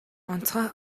онцгой